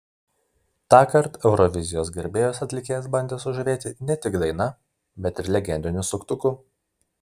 tąkart eurovizijos gerbėjus atlikėjas bandė sužavėti ne tik daina bet ir legendiniu suktuku